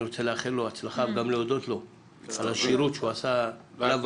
אני רוצה לאחל לו הצלחה וגם ולהודות לו על השירות שהוא עשה לוועדה.